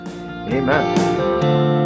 Amen